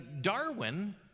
Darwin